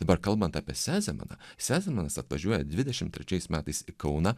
dabar kalbant apie sezemaną sezemanas atvažiuoja dvidešim trečiais metais į kauną